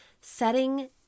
setting